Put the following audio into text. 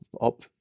up